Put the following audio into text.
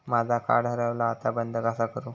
माझा कार्ड हरवला आता बंद कसा करू?